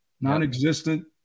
Non-existent